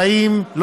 חיים,